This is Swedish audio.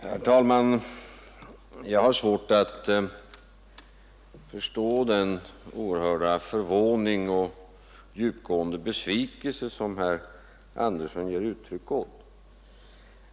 Herr talman! Jag har svårt att förstå den oerhörda förvåning och djupgående besvikelse som herr Andersson i Örebro ger uttryck åt.